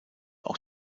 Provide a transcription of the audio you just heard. auch